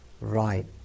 right